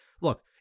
Look